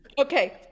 Okay